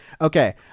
okay